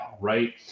right